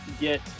get